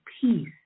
peace